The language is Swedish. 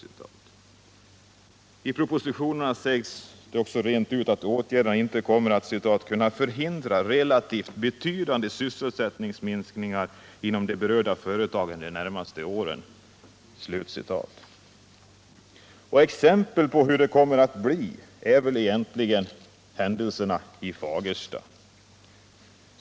I propositionerna sägs det också rent ut att åtgärderna inte kommer att ”kunna förhindra relativt betydande sysselsättningsminskningar inom de berörda företagen de närmaste åren”. Exempel på hur det kommer att bli är väl händelserna i Fagersta.